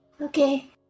Okay